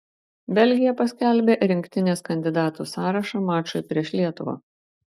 belgija paskelbė rinktinės kandidatų sąrašą mačui prieš lietuvą